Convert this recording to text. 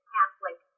Catholic